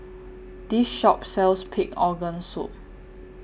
This Shop sells Pig Organ Soup